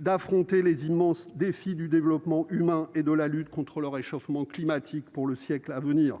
d'affronter les immenses défis du développement humain et de la lutte contre le réchauffement climatique pour le siècle à venir,